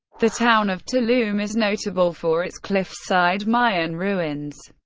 the town of tulum is notable for its cliff-side mayan ruins.